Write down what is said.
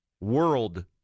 world